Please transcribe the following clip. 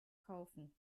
kaufen